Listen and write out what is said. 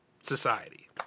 society